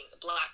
black